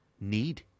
need